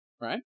right